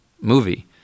movie